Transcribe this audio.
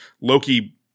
Loki